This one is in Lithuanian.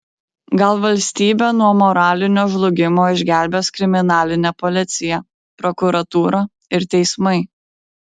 gal valstybę nuo moralinio žlugimo išgelbės kriminalinė policija prokuratūra ir teismai